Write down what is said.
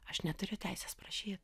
aš neturiu teisės prašyt